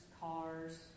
cars